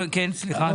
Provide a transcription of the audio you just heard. אני תושב הפריפריה.